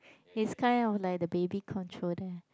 if kind of like the baby controller